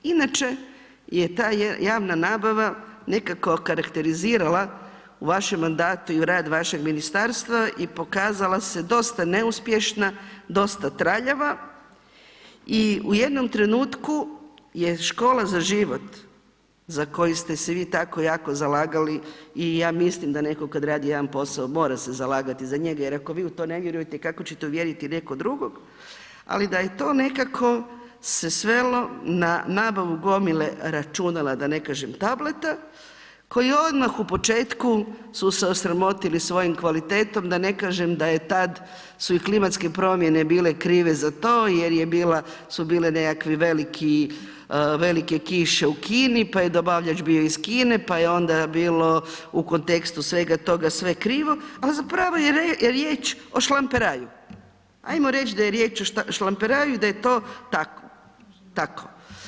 Inače je ta javna nabava nekako okarakterizirala u vašem mandatu i rad vašeg ministarstva i pokazala se dosta neuspješna, dosta traljava i u jednom trenutku je Škola za život, za koju ste se vi tako jako zalagali i ja mislim da neko kada radi jedan posao mora se zalagati za njega jer ako vi u to ne vjerujete kako ćete uvjeriti nekog drugog, ali da se je to nekako svelo na nabavu gomile računala, da ne kažem tableta, koji je odmah u početku su se osramotili svojom kvalitetom, da ne kažem da je tad i klimatske promjene bile krive za to jer su bili nekakve velike kiše u Kini, pa je dobavljač bio iz Kine, pa je onda bilo u kontekstu toga sve krivo, a zapravo je riječ o šlamperaju, ajmo reći da je riječ o šlamperaju i da je to tako.